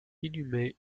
inhumé